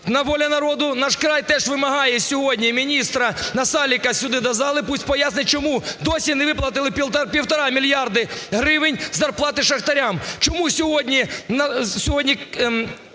"Воля народу", Наш край" теж вимагає сьогодні міністра Насалика сюди до залу, пусть пояснить, чому досі не виплатили 1,5 мільярди гривень зарплати шахтарям? Чому сьогодні